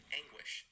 anguish